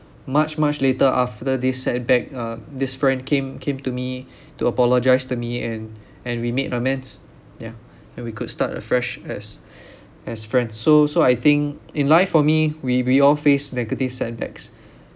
much much later after this setback uh this friend came came to me to apologise to me and and we made amends ya and we could start afresh as as friends so so I think in life for me we we all face negative setbacks